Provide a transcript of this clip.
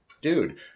dude